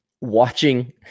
Watching